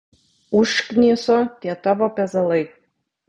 užkniso tie tavo pezalai